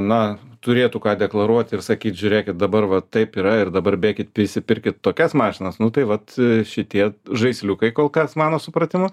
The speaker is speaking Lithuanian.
na turėtų ką deklaruoti ir sakyt žiūrėkit dabar va taip yra ir dabar bėkit visi pirkit tokias mašinas nu tai vat šitie žaisliukai kol kas mano supratimu